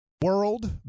World